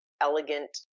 elegant